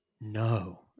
no